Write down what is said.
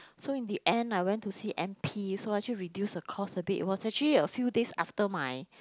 so in the end I went to see M P so actually reduce the cost a bit it was actually a few days after my